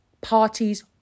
parties